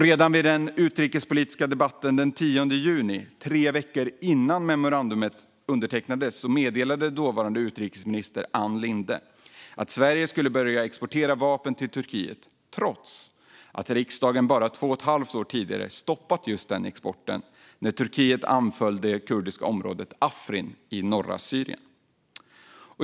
Redan vid den utrikespolitiska debatten den 10 juni, tre veckor innan memorandumet undertecknades, meddelande dåvarande utrikesminister Ann Linde att Sverige skulle börja exportera vapen till Turkiet trots att riksdagen bara två och ett halvt år tidigare stoppat just den exporten, när Turkiet anföll det kurdiska området Afrin i norra Syrien.